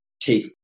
take